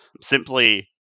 simply